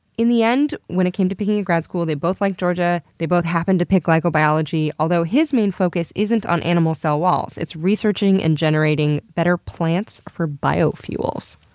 in the end, when it came to picking a grad school, they both liked georgia and they both happened to pick glycobiology. although his main focus isn't on animal cell walls, it's researching and generating better plants for biofuels.